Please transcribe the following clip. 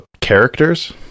characters